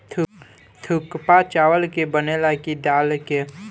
थुक्पा चावल के बनेला की दाल के?